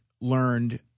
learned